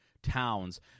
Towns